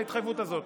להתחייבות הזאת?